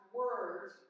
words